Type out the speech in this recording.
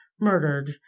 murdered